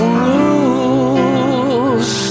rules